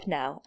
now